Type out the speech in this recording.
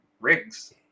rigs